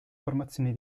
formazione